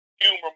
humor